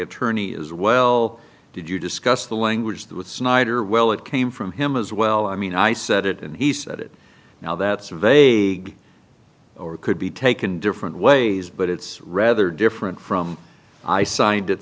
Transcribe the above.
attorney as well did you discuss the language there with snyder well it came from him as well i mean i said it and he said it now that surveyed or could be taken different ways but it's rather different from i signed it